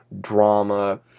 drama